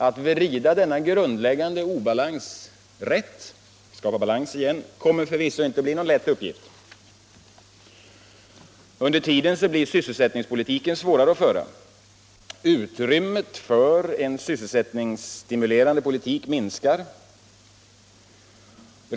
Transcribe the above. Att vrida denna grundläggande obalans rätt och skapa balans igen kommer förvisso inte att bli någon lätt uppgift, och under tiden kommer sysselsättningspolitiken att bli svårare att föra. Utrymmet för en sysselsättningsstimulerande politik minskar också.